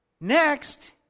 Next